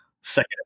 second